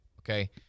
okay